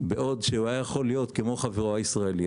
בעוד שיכול היה להיות כמו חברו הישראלי?